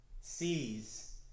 sees